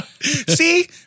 See